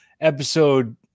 episode